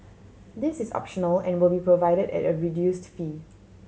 this is optional and will be provided at a reduced fee